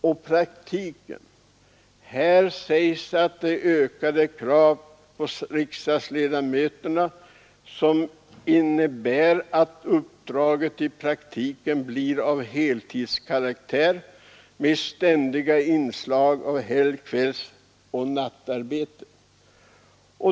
Det framhålles i betänkandet att det ställs ökade krav på riksdagsledamöterna, som innebär att riksdagsmannauppdraget i praktiken blir av heltidskaraktär med ständiga inslag av helg-, kvällsoch nattarbete.